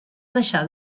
deixar